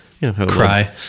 Cry